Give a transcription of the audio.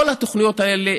כל התוכניות האלה,